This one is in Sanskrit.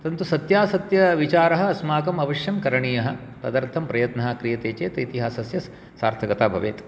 परन्तु सत्यासत्यविचारः अस्माकम् अवश्यं करणीयः तदर्थं प्रयत्नः क्रियते चेत् इतिहासस्य सार्थकता भवेत्